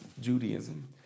Judaism